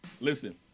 Listen